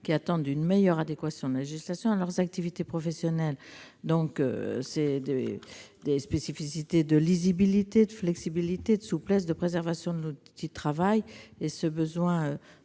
attendent une meilleure adéquation de la législation à leur activité professionnelle. Ce sont des spécificités de lisibilité, de flexibilité, de souplesse, de préservation de leur outil de travail. Ces besoins